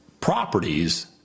properties